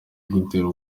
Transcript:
kugutera